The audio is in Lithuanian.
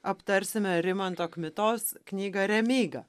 aptarsime rimanto kmitos knygą remyga